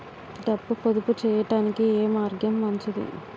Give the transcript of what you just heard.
డబ్బు పొదుపు చేయటానికి ఏ మార్గం మంచిది?